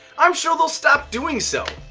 i'm sure they'll stop doing so,